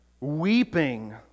weeping